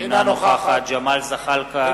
אינה נוכחת ג'מאל זחאלקה,